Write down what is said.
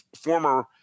former